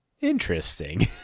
interesting